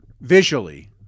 visually